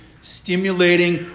stimulating